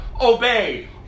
Obey